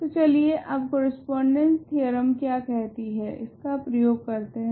तो चलिए अब कोरेस्पोंडेंस थेओरेम क्या कहती है उसका प्रयोग करते है